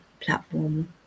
platform